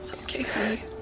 so okay,